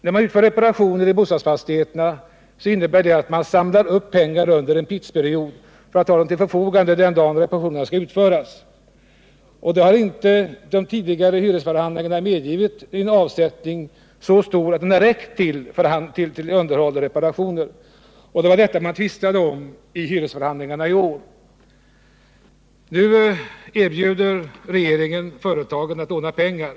När man utför reparationer i bostadsfastigheterna innebär det att man samlar upp pengar under en tidsperiod för att ha dem till förfogande den dag reparationerna skall utföras. De tidigare hyresförhandlingarna hade inte medgivit en avsättning så stor att den räckt till underhåll och reparationer. Det var detta man tvistade om vid hyresförhandlingarna i år. Nu erbjuder regeringen företagen att låna pengar.